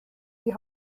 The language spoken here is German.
die